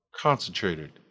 concentrated